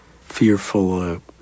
fearful